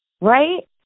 right